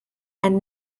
and